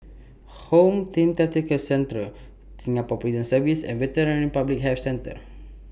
Home Team Tactical Centre Singapore Prison Service and Veterinary Public Health Centre